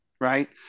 Right